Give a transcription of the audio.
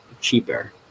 cheaper